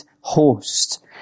host